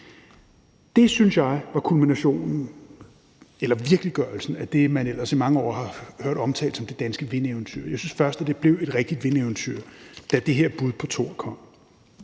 Det synes jeg var kulminationen på eller virkeliggørelsen af det, man ellers i mange år har hørt omtalt som det danske vindeventyr. Jeg synes først, at det blev et rigtigt vindeventyr, da det her bud på Thor kom.